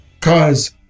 Cause